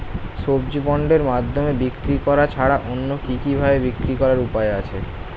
সবজি বন্ডের মাধ্যমে বিক্রি করা ছাড়া অন্য কি কি ভাবে বিক্রি করার উপায় আছে?